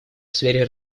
сфере